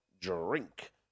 drink